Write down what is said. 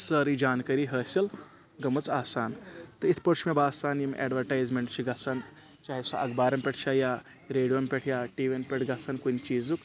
سٲرٕے زانکٲری حٲصِل گٔمٕژ آسان تہٕ یِتھٕ پاٹھۍ چھِ مےٚ باسان یم ایڈواٹایِزمٮ۪نٹ چھِ گژھان چاہے سُہ اخبارن پٮ۪ٹھ چھا یا ریڈوَن پٮ۪ٹھ یا ٹی وِۍ یَن پٮ۪ٹھ گَژھان کُںہِ چیٖرُک